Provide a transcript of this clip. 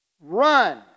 Run